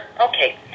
Okay